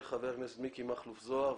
של חברי הכנסת מיקי מכלוף זוהר,